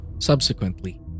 Subsequently